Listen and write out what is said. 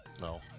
No